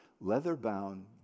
leather-bound